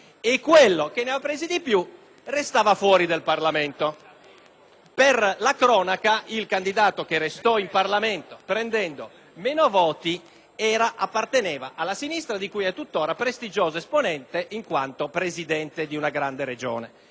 Per la cronaca, il candidato che restò in Parlamento prendendo meno voti apparteneva alla sinistra, di cui è tuttora prestigioso esponente in quanto Presidente di una grande Regione. Vorrei pertanto invitare i colleghi ad